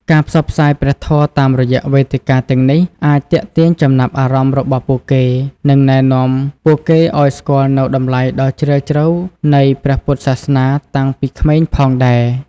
ការផ្សព្វផ្សាយព្រះធម៌តាមរយៈវេទិកាទាំងនេះអាចទាក់ទាញចំណាប់អារម្មណ៍របស់ពួកគេ និងណែនាំពួកគេឱ្យស្គាល់នូវតម្លៃដ៏ជ្រាលជ្រៅនៃព្រះពុទ្ធសាសនា តាំងពីក្មេងផងដែរ។